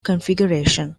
configuration